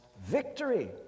victory